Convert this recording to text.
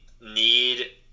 need